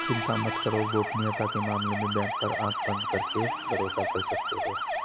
चिंता मत करो, गोपनीयता के मामले में बैंक पर आँख बंद करके भरोसा कर सकते हो